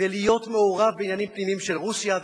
ולהיות מעורב בעניינים פנימיים של רוסיה.